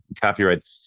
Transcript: copyright